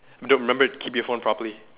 dude remember to keep your phone properly